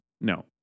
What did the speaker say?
No